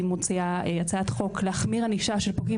היא מוציאה הצעת חוק להחמיר ענישה של פוגעים